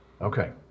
Okay